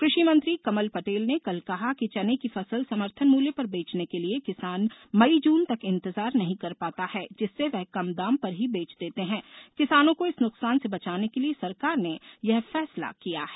कृषि मंत्री कमल पटेल ने कल कहा कि चने की फसल समर्थन मूल्य पर बेचने के लिए किसान मई जून तक इंतजार नहीं कर पाता है जिससे वे कम दाम पर ही बेच देते हैं किसानों को इस नुकसान से बचाने के लिए सरकार ने यह फैसला किया है